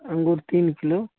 अँगूर तीन किलो